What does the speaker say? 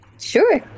Sure